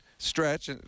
Stretch